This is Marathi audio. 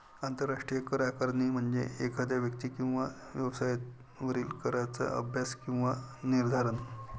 आंतरराष्ट्रीय कर आकारणी म्हणजे एखाद्या व्यक्ती किंवा व्यवसायावरील कराचा अभ्यास किंवा निर्धारण